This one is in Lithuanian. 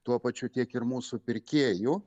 tuo pačiu tiek ir mūsų pirkėjų